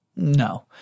No